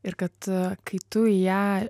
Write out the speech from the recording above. ir kad kai tu ją